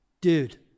Dude